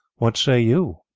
what say you?